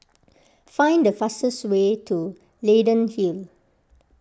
find the fastest way to Leyden Hill